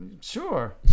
Sure